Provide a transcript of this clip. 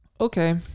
okay